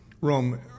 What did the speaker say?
Rome